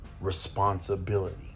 responsibility